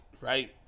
Right